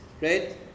right